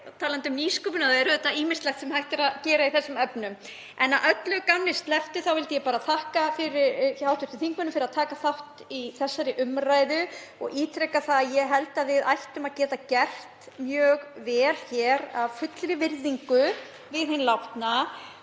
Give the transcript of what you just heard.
talandi um nýsköpun er auðvitað ýmislegt hægt að gera í þessum efnum. En að öllu gamni slepptu vildi ég bara þakka hv. þingmönnum fyrir að taka þátt í þessari umræðu. Ég ítreka að ég held að við ættum að geta gert mjög vel hér og af fullri virðingu við hinn látna.